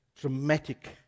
dramatic